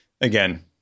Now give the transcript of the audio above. again